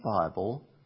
Bible